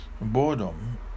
Boredom